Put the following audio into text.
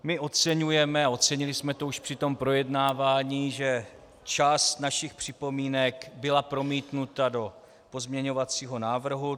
My oceňujeme a ocenili jsme to už při tom projednávání, že část našich připomínek byla promítnuta do pozměňovacího návrhu.